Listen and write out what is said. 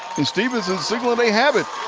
stephenson signaling they have it.